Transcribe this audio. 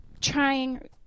trying